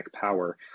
power